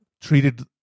treated